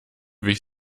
wich